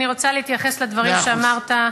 אני רוצה להתייחס לדברים שאמרת.